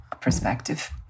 perspective